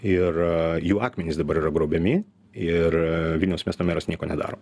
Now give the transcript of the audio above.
ir jų akmenys dabar yra grobiami ir vilniaus miesto meras nieko nedaro